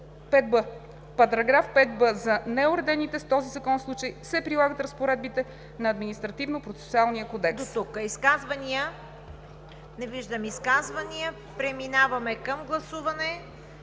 § 5б: „§ 5б. За неуредените с този закон случаи се прилагат разпоредбите на Административнопроцесуалния кодекс.“